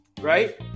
right